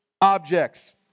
objects